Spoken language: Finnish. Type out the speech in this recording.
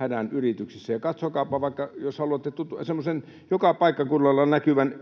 hädän yrityksissä. Katsokaapa vaikka: Jos haluatte semmoisen joka paikkakunnalla näkyvän